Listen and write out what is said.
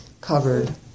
covered